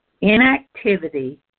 Inactivity